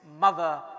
mother